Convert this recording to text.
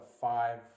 five